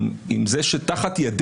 זה דבר כזה קטן,